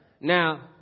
Now